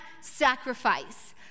sacrifice